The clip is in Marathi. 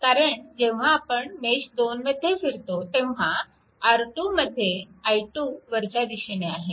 कारण जेव्हा आपण मेश 2 मध्ये फिरतो तेव्हा R 2 मध्ये i2 वरच्या दिशेने आहे